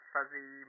Fuzzy